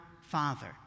Father